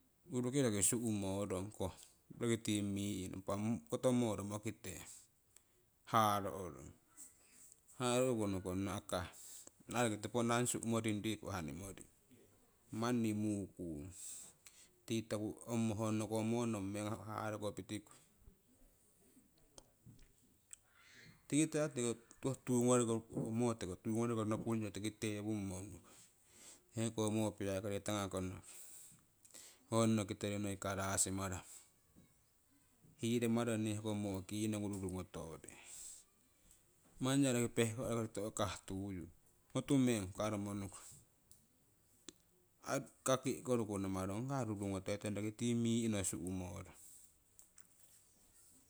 Urungii roki su'moring koh roki tii mii'no impah koto moo romokite haaro'rong, haaro'ku nokong nong akai ai roki toponing suih'moring riku hani moring mani muu'kung tii toku honnoko moo nong meng haroko pitikui tikiteko ho moo tiko tuu ngongriko nopungyo tiko teewummo unukong heko mopiai kori tanga kono ki honno kitori noi karaasimaramo, hiromararo hooko moo kii nongu ruru ngotore. manni ya roki pehkorakori to'kah tuyu, motu meng hukaromo nuku ai kakih koruku namarong kai ong ha rurugnotoi tong roki tii mii'no su' moorong.